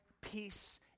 peace